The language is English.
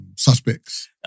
Suspects